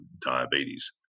diabetes